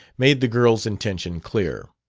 made the girl's intention clear.